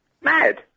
Mad